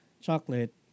chocolate